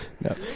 No